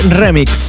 remix